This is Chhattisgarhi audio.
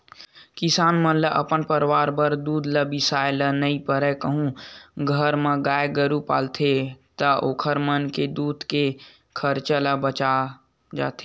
किसान मन ल अपन परवार बर दूद ल बिसाए ल नइ परय कहूं घर म गाय गरु पालथे ता ओखर मन के दूद के खरचा ह बाच जाथे